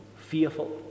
Fearful